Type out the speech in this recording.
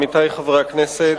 עמיתי חברי הכנסת,